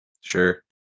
Sure